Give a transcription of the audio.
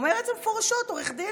ואומר את זה מפורשות עורך דין,